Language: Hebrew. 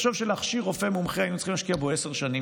תחשוב שכדי להכשיר רופא מומחה היינו צריכים להשקיע בו עשר שנים,